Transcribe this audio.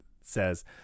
says